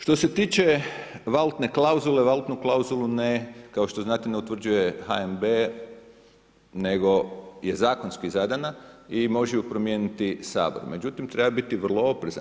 Što se tiče valutne klauzule valutnu klauzulu, kao što znate ne utvrđuje HNB, nego je zakonski zadana i može ju promijeniti Sabor, međutim, treba biti vrlo oprezan.